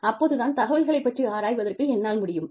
அப்போது தான் தகவல்களைப் பற்றி ஆராய்வதற்கு என்னால் முடியும்